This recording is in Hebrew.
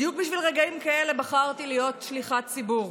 בדיוק בשביל רגעים כאלה בחרתי להיות שליחת ציבור,